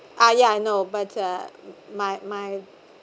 ah yeah I know but uh my my